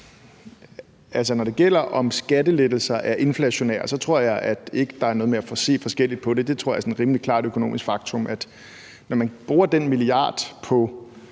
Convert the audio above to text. det med, om skattelettelser er inflationære, tror jeg ikke, der er noget med at se forskelligt på det. Det tror jeg er sådan et rimelig klart økonomisk faktum, altså at når man bruger den milliard på